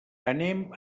anem